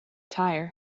tire